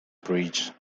bridge